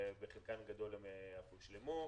ובחלקן הגדול הן הושלמו.